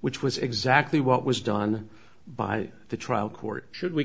which was exactly what was done by the trial court should we